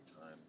time